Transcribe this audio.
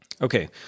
Okay